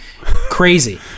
crazy